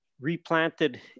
replanted